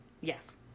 Yes